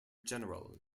general